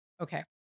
Okay